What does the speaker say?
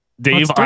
Dave